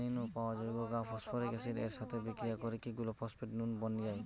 খনি নু পাওয়া যৌগ গা ফস্ফরিক অ্যাসিড এর সাথে বিক্রিয়া করিকি গুলা ফস্ফেট নুন বনি যায়